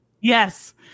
Yes